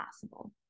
possible